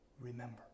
remember